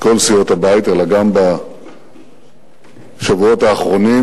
מכל סיעות הבית, אלא גם בשבועות האחרונים,